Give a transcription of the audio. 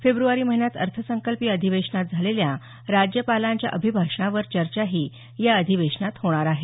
फेब्रवारी महिन्यात अर्थसंकल्पीय अधिवेशनात झालेल्या राज्यपालांच्या अभिभाषणावर चर्चाही या अधिवेशनात होणार आहे